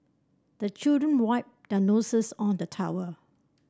the children wipe their noses on the towel